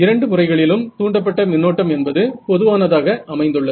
இரண்டு முறைகளிலும் தூண்டப்பட்ட மின்னோட்டம் என்பது பொதுவானதாக அமைந்துள்ளது